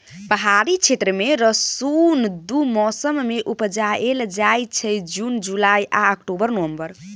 पहाड़ी क्षेत्र मे रसुन दु मौसम मे उपजाएल जाइ छै जुन जुलाई आ अक्टूबर नवंबर